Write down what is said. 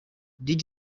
did